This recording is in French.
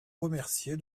remercier